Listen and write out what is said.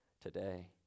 today